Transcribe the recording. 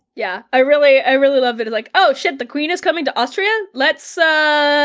yeah i really i really love that it's like, oh shit, the queen is coming to austria? let's so